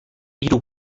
hiru